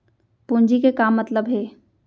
पूंजी के का मतलब हे?